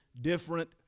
different